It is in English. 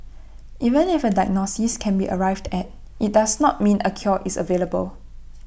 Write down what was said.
even if A diagnosis can be arrived at IT does not mean A cure is available